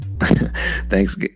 thanks